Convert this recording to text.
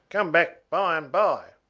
come back by-and-by.